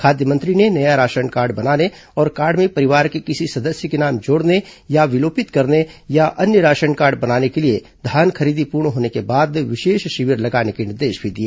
खाद्य मंत्री ने नया राशन कार्ड बनाने और कार्ड में परिवार के किसी सदस्य के नाम जोड़ने या विलोपित करने या अन्य राशन कार्ड बनाने के लिए धान खरीदी पूर्ण होने के बाद विशेष शिविर लगाने के निर्देश भी दिए